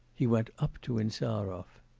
he went up to insarov.